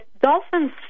dolphin's